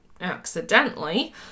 accidentally